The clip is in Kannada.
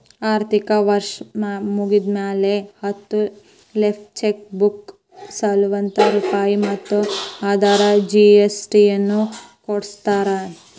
ಆರ್ಥಿಕ ವರ್ಷ್ ಮುಗ್ದ್ಮ್ಯಾಲೆ ಹತ್ತ ಲೇಫ್ ಚೆಕ್ ಬುಕ್ಗೆ ನಲವತ್ತ ರೂಪಾಯ್ ಮತ್ತ ಅದರಾಗ ಜಿ.ಎಸ್.ಟಿ ನು ಕೂಡಸಿರತಾರ